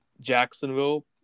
Jacksonville